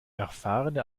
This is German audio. erfahrene